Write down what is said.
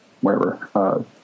wherever